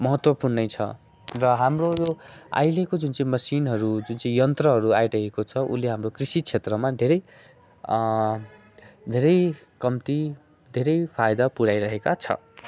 महत्त्वपूर्णै छ र हाम्रो यो अहिलेको जुन चाहिँ मसिनहरू जुन चाहिँ यन्त्रहरू आइरहेको छ उसले हाम्रो कृषि क्षेत्रमा धेरै धेरै कम्ती धेरै फाइदा पुर्याइरहेका छ